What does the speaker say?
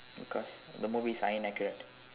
because the movies are inaccurate